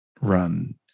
run